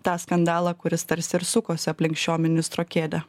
tą skandalą kuris tarsi ir sukosi aplink šio ministro kėdę